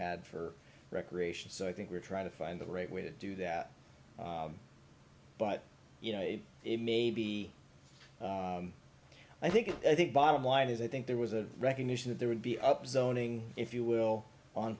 had for recreation so i think we're trying to find the right way to do that but you know it may be i think i think bottom line is i think there was a recognition that there would be up zoning if you will on